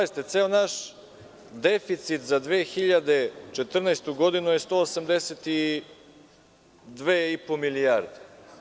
Ceo naš deficit za 2014. godinu je 182,5 milijardi.